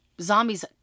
zombies